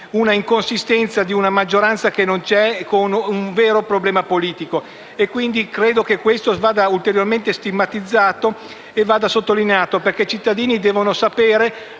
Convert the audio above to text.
l'inconsistenza di una maggioranza che non c'è e un reale problema politico. Credo che questo vada ulteriormente stigmatizzato e vada sottolineato, perché i cittadini devono sapere